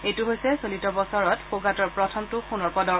এইটো হৈছে চলিত বছৰত ফগাটৰ প্ৰথমটো সোণৰ পদক